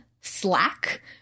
Slack